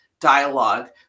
dialogue